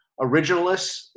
originalists